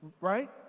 Right